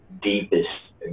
deepest